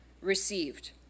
received